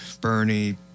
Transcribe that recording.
Bernie